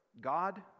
God